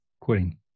Quitting